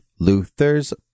Luther's